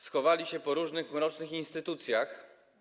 Schowali się po różnych mrocznych instytucjach”